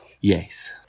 Yes